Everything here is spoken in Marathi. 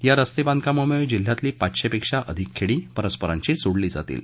या रस्ते बांधकामामुळे जिल्ह्यातली पाचशेपेक्षा अधिक खेडी परस्परांशी जोडली जातील